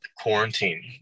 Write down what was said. quarantine